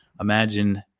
Imagine